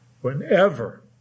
Whenever